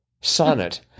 Sonnet